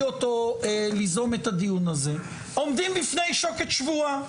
אותו ליזום את הדיון הזה עומדים בפני שוקת שבורה,